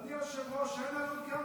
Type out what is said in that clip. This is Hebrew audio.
אדוני היושב-ראש, אין לנו גם,